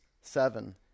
seven